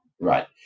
Right